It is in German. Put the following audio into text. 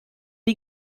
die